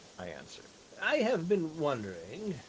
i answered. i have been wondering,